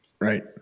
Right